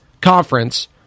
Conference